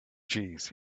jeez